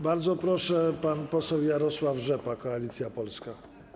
Bardzo proszę, pan poseł Jarosław Rzepa, Koalicja Polska.